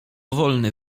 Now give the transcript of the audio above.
wolny